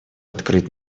открыть